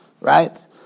right